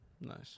Nice